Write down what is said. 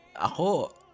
Ako